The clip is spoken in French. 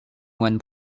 moine